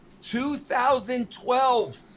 2012